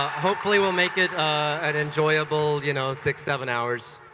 hopefully, we'll make it an enjoyable, you know, six, seven hours.